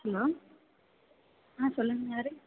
hello ஆ சொல்லுங்கள் யார்